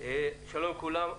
לכולם,